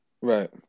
Right